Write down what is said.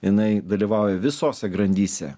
jinai dalyvauja visose grandyse